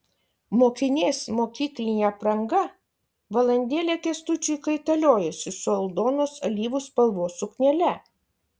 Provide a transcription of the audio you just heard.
mokinės mokyklinė apranga valandėlę kęstučiui kaitaliojosi su aldonos alyvų spalvos suknele